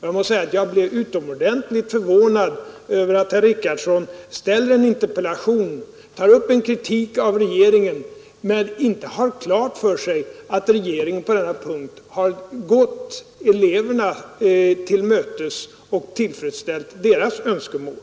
Jag blev utomordentligt förvånad över att herr Richardson ställer en interpellation, tar upp en kritik av regeringen men inte har klart för sig att regeringen på denna punkt har gått eleverna till mötes och tillfredsställt deras önskemål.